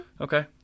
okay